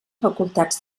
facultats